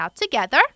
Together